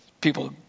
people